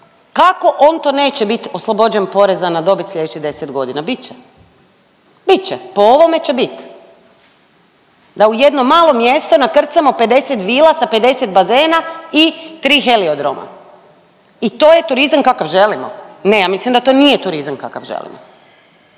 kako on to neće bit oslobođen poreza na dobit sljedećih 10 godina? Bit će, bit će, po ovome će bit da u jedno malo mjesto nakrcamo 50 vila sa 50 bazena i 3 heliodroma i to je turizam kakav želimo? Ne, ja mislim da to nije turizam kakav želimo.